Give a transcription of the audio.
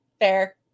fair